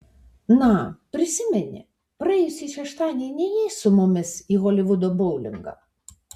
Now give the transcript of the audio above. na prisimeni praėjusį šeštadienį nėjai su mumis į holivudo boulingą